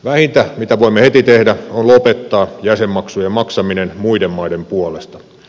vähintä mitä voimme heti tehdä on lopettaa jäsenmaksujen maksaminen muiden maiden puolesta